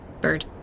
Bird